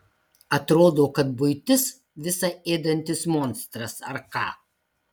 atrodo kad buitis visa ėdantis monstras ar ką